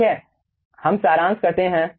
ठीक है हम सारांश करते हैं